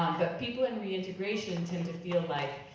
but people in reintegration tend to feel like,